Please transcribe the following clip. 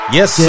Yes